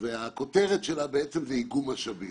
הכותרת שלה הייתה איגום משאבים.